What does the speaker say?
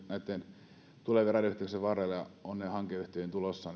näitten tulevien raideyhteyksien varrella ja ovat niihin hankeyhtiöihin tulossa